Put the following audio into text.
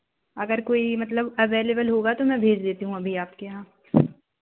अगर कोई मतलब अवेलेबल होगा तो मैं भेज देती हूँ अभी आपके यहाँ